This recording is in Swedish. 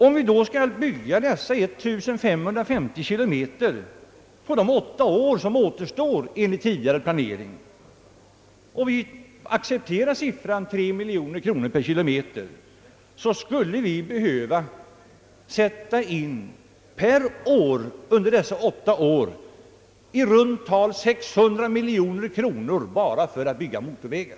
Om vi skall bygga dessa 1550 kilometer på de åtta år, som enligt tidigare planering återstår, och räknar med siffran tre miljoner kronor per kilometer, skulle vi alltså under denna tid behöva satsa i runt tal 600 miljoner kronor per år bara för att bygga motorvägar.